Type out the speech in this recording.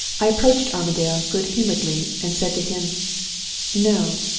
i approached armadale good-humoredly, and said to him no!